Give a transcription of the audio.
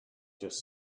just